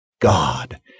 God